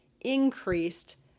increased